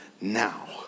now